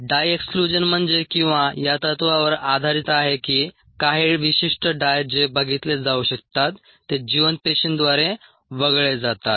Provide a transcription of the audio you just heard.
डाय exclusion म्हणजे किंवा या तत्त्वावर आधारित आहे की काही विशिष्ट डाय जे बघितले जाऊ शकतात ते जिवंत पेशींद्वारे वगळले जातात